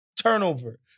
turnover